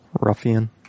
Ruffian